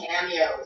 cameos